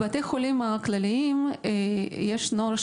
בבתי החולים הכלליים יש נוהל,